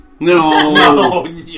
No